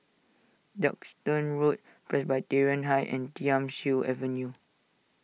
Duxton Road Presbyterian High and Thiam Siew Avenue